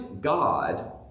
god